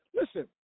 listen